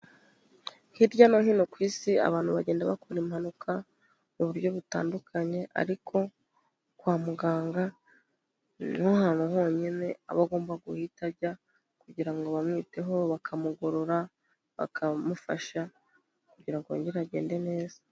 Hirya no hino ku isi abantu bagenda bakora impanuka mu buryo butandukanye, ariko kwa muganga niho hantu honyine aba agomba guhita ajya kugira ngo bamwiteho, bakamugorora bakamufasha kugira ngo yongere agende neza.